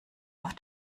auf